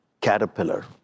Caterpillar